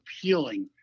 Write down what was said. appealing